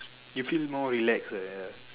it feels more relaxed like ya